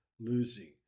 losing